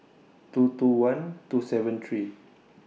two two one two seven three